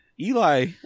Eli